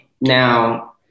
Now